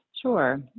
Sure